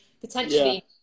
potentially